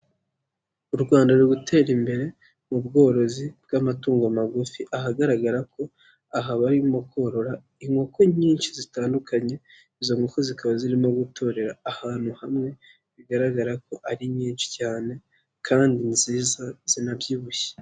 U Rwanda ruri gutera imbere mu bworozi bw'amatungo magufi, ahagaragara ko aha baririmo korora inkoko nyinshi zitandukanye, izo nkoko zikaba zirimo gutorera ahantu hamwe bigaragara ko ari nyinshi cyane kandi nziza zinabyibushye.